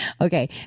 Okay